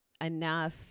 enough